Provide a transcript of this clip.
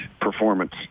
performance